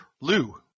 Lou